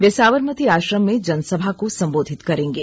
वे साबरमती आश्रम में जनसभा को संबोधित करेंगे